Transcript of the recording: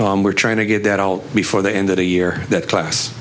e we're trying to get that all before the end of a year that class